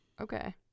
okay